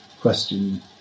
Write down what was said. question